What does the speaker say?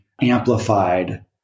amplified